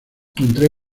entre